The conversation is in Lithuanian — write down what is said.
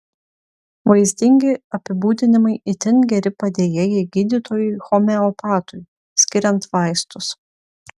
vaizdingi apibūdinimai itin geri padėjėjai gydytojui homeopatui skiriant vaistus